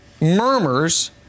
murmurs